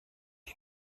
die